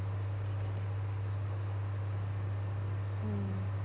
mm